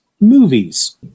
movies